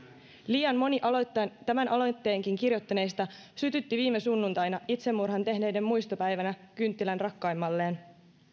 liian moni tämän aloitteenkin kirjoittaneista sytytti viime sunnuntaina itsemurhan tehneiden muistopäivänä kynttilän rakkaimmalleen